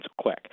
quick